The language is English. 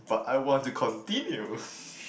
but I want to continue